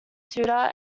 tudor